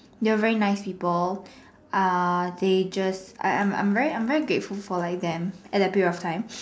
they were very nice people uh they just I'm I'm like very grateful for them at that period of time